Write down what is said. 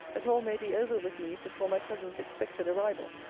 that all may be over with me before my cousin's expected arrival.